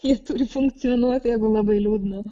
jie turi funkcionuot jeigu labai liūdna